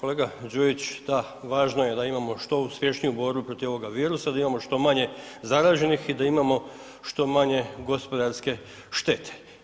Kolega Đujić, da važno je da imamo što uspješniju borbu protiv ovoga virusa, da imamo što manje zaraženih i da imamo što manje gospodarske štete.